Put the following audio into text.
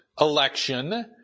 election